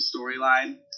storyline